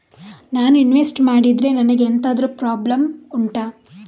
ನಾನು ಇನ್ವೆಸ್ಟ್ ಮಾಡಿದ್ರೆ ನನಗೆ ಎಂತಾದ್ರು ಪ್ರಾಬ್ಲಮ್ ಉಂಟಾ